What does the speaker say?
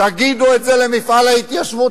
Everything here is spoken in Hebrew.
תגידו את זה למפעל ההתיישבות,